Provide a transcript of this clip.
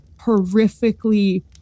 horrifically